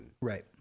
Right